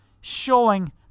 showing